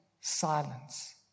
silence